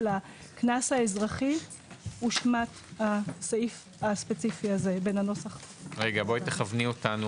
הקנס האזרחי הושמט הסעיף הספציפי הזה --- בואי תכווני אותנו,